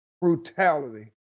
brutality